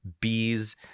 bees